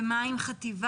ומה עם חטיבה?